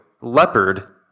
leopard